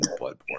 Bloodborne